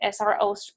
SROs